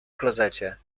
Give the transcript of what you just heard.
klozecie